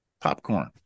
popcorn